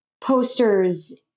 posters